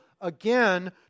again